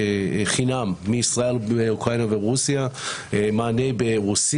בחינם מישראל לאוקראינה ורוסיה ומענה ברוסית.